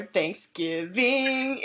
Thanksgiving